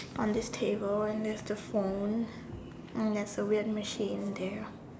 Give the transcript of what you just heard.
on this table and there's a phone and there's a weird machine there